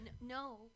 No